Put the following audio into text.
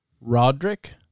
Roderick